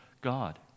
God